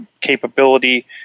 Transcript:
Capability